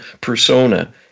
persona